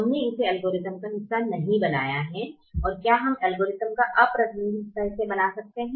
हमने इसे एल्गोरिथम का हिस्सा नहीं बनाया है क्या हम एल्गोरिथ्म का अप्रतिबंधित हिस्सा इसे बना सकते हैं